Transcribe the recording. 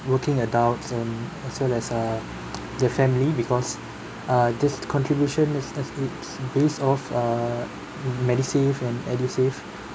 working adults and as well as uh the family because uh this contribution is as it based on err medisave and edusave